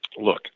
look